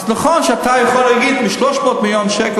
אז נכון שאתה יכול להגיד: מ-300 מיליון שקל,